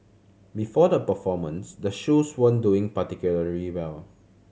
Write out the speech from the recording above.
before the performance the shoes weren't doing particularly well